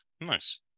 Nice